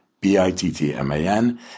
B-I-T-T-M-A-N